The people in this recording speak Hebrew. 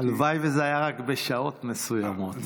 הלוואי שזה היה רק בשעות מסוימות.